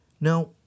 Now